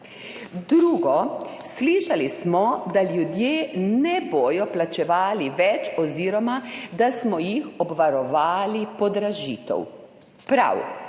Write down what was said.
Drugo. Slišali smo, da ljudje ne bodo plačevali več oziroma da smo jih obvarovali podražitev. Prav.